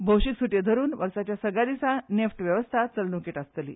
भौशीक सुटयो धरून वर्साच्या सगल्या दिसा नेफ्ट वेवस्था चलणुकेंत आसतली